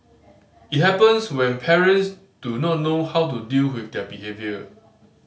it happens when parents do not know how to deal with their behaviour